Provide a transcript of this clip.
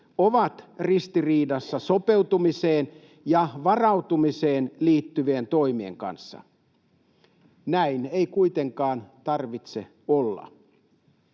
ovat ristiriidassa sopeutumiseen ja varautumiseen liittyvien toimien kanssa. Näin ei kuitenkaan tarvitse olla.